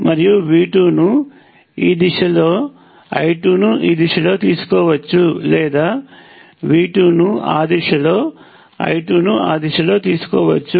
మరియు V2 ను ఈ దిశలో I2 ను ఈ దిశలో తీసుకోవచ్చు లేదా V2 ను ఆ దిశలో I2 ను ఆ దిశలో తీసుకోవచ్చు